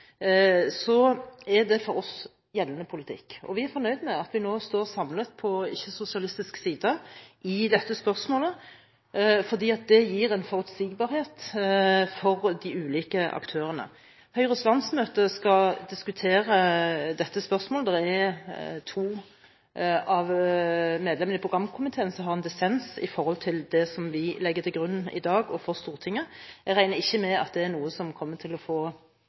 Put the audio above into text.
er det for oss gjeldende politikk. Vi er fornøyde med at vi nå står samlet i dette spørsmålet på ikke-sosialistisk side, fordi det gir en forutsigbarhet for de ulike aktørene. Høyres landsmøte skal diskutere dette spørsmålet. Det er to av medlemmene i programkomiteen som tar én dissens når det gjelder det som vi legger til grunn i dag overfor Stortinget. Jeg regner ikke med at det er noe som kommer til å få